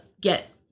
get